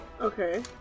Okay